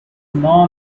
known